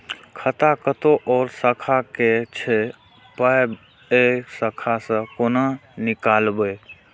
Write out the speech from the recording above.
खाता कतौ और शाखा के छै पाय ऐ शाखा से कोना नीकालबै?